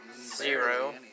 Zero